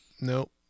Nope